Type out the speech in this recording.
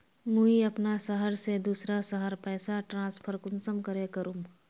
मुई अपना शहर से दूसरा शहर पैसा ट्रांसफर कुंसम करे करूम?